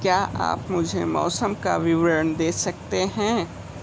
क्या आप मुझे मौसम का विवरण दे सकते हैं